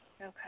Okay